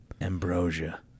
Ambrosia